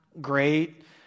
great